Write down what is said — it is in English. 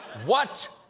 what?